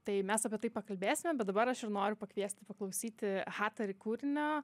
tai mes apie tai pakalbėsime bet dabar aš noriu pakviesti paklausyti hatari kūrinio